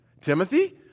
Timothy